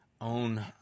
own